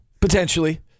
potentially